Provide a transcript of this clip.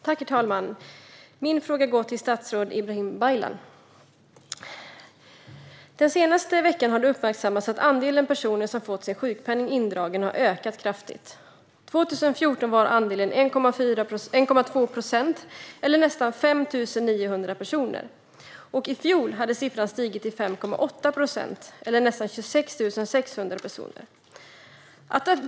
Herr talman! Min fråga går till statsrådet Ibrahim Baylan. Den senaste veckan har det uppmärksammats att andelen personer som har fått sin sjukpenning indragen har ökat kraftigt. År 2014 var andelen 1,2 procent eller nästan 5 900 personer. I fjol hade siffran stigit till 5,8 procent eller nästan 26 600 personer.